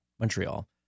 Montreal